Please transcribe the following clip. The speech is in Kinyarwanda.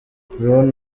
ron